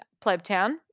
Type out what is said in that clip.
Plebtown